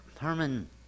Herman